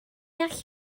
all